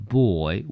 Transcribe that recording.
boy